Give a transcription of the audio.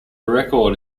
record